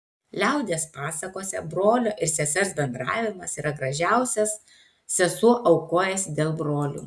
liaudies pasakose brolio ir sesers bendravimas yra gražiausias sesuo aukojasi dėl brolių